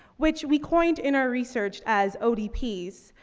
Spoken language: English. which we coined in our research as odps,